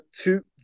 two